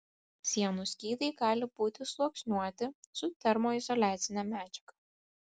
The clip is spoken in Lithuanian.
sienų skydai gali būti sluoksniuoti su termoizoliacine medžiaga